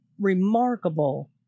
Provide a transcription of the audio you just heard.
remarkable